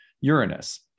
Uranus